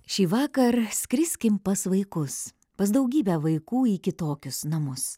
šįvakar skriskim pas vaikus pas daugybę vaikų į kitokius namus